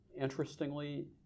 Interestingly